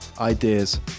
Ideas